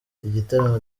igitaramo